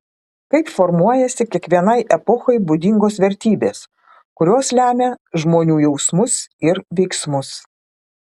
kaip formuojasi kiekvienai epochai būdingos vertybės kurios lemia žmonių jausmus ir veiksmus